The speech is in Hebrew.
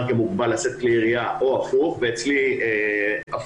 כמוגבל לשאת כלי ירייה או הפוך ואצלי הפוך.